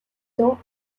temps